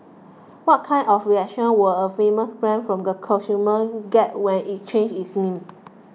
what kind of reactions were a famous brand from consumers get when it changes its name